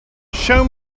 show